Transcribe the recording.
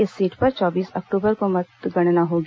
इस सीट पर चौबीस अक्टूबर को मतगणना होगी